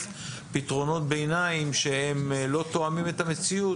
פתרונות ביניים שהם לא תואמים את המציאות,